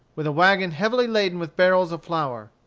with a wagon heavily laden with barrels of flour.